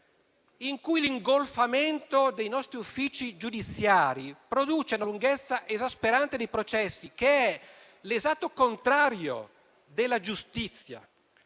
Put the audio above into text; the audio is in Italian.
il cui ingolfamento degli uffici giudiziari produce una lunghezza esasperante dei processi, che è l'esatto contrario della giustizia.